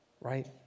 right